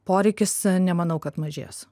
poreikis nemanau kad mažės